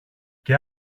και